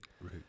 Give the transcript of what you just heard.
right